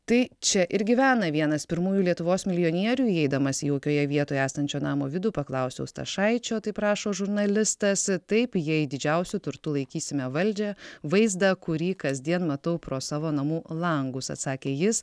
tai čia ir gyvena vienas pirmųjų lietuvos milijonierių įeidamas į jaukioje vietoje esančio namo vidų paklausiau stašaičio taip rašo žurnalistas taip jei didžiausiu turtu laikysime valdžią vaizdą kurį kasdien matau pro savo namų langus atsakė jis